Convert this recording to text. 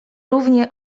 równie